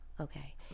okay